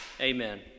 Amen